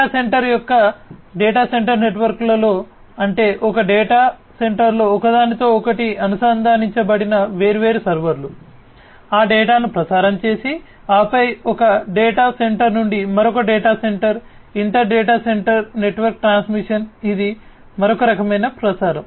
data centre యొక్క data centre నెట్వర్క్లో అంటే ఒక డేటా సెంటర్లో ఒకదానితో ఒకటి అనుసంధానించబడిన వేర్వేరు సర్వర్లు ఆ డేటాను ప్రసారం చేసి ఆపై ఒక డేటా సెంటర్ నుండి మరొక data centre inter data centre network transmission ఇది మరొక రకమైన ప్రసారం